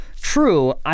True